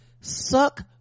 suck